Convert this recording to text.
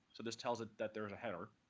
so this tells it that there is a header.